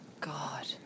God